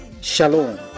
Shalom